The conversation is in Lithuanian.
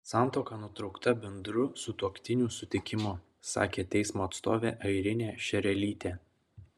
santuoka nutraukta bendru sutuoktinių sutikimu sakė teismo atstovė airinė šerelytė